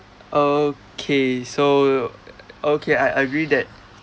okay so okay I agree that